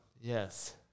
Yes